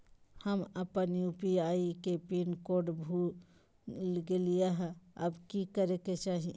हम अपन यू.पी.आई के पिन कोड भूल गेलिये हई, अब की करे के चाही?